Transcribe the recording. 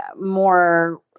more